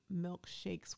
milkshakes